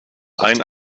einen